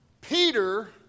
Peter